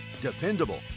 dependable